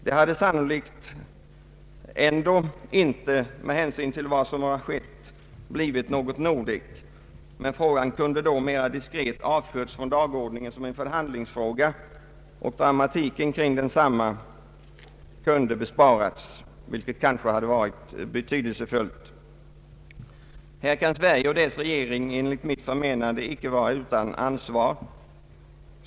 Det hade sannolikt ändå inte med hänsyn till vad som skett — blivit något Nordek, men frågan kunde då mer diskret ha avförts från dagordningen som en förhandlingsfråga och dramatiken kring densamma kunde ha inbesparats, vilket kanske hade varit betydelsefullt. Här kan Sverige och dess regering, enligt mitt förmenande, inte vara utan ansvar.